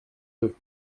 deux